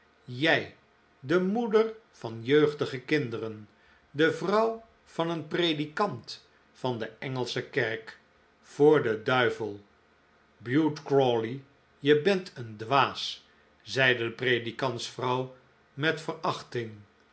jij de moeder van jeugdige kinderen de vrouw van een predikant van de engelsche kerk voor den duivel bute crawley je bent een dwaas zeide de predikantsvrouw met verachting